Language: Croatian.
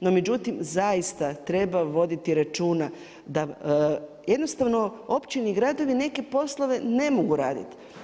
No međutim, zaista treba voditi računa da jednostavno općine i gradovi neke poslove ne mogu raditi.